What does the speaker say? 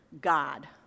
God